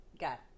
got